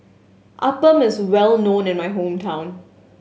Appam is well known in my hometown